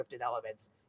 elements